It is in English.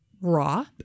raw